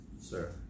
sir